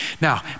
Now